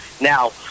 now